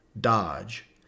Dodge